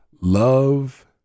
Love